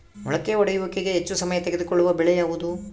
ಮೊಳಕೆ ಒಡೆಯುವಿಕೆಗೆ ಹೆಚ್ಚು ಸಮಯ ತೆಗೆದುಕೊಳ್ಳುವ ಬೆಳೆ ಯಾವುದು?